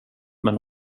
men